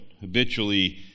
habitually